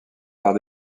par